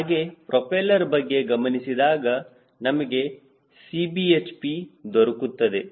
ಹಾಗೆ ಪ್ರೋಪೆಲ್ಲರ್ ಬಗ್ಗೆ ಗಮನಿಸಿದಾಗ ನಮಗೆ Cbhp ದೊರಕುತ್ತದೆ